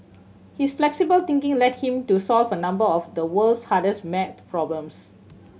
his flexible thinking led him to solve a number of the world's hardest maths problems